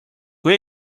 kui